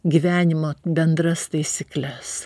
gyvenimo bendras taisykles